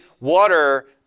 water